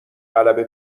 غلبه